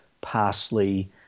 parsley